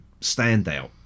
standout